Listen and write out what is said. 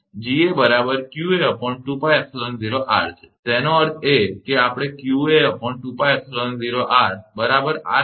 𝐺𝑎 બરાબર 𝑞𝑎2𝜋𝜖0𝑟 છે એનો અર્થ એ કે આપણે 𝑞𝑎2𝜋𝜖0 બરાબર 𝑟